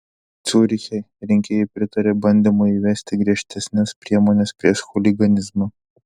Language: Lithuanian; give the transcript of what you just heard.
ciuriche rinkėjai pritarė bandymui įvesti griežtesnes priemones prieš chuliganizmą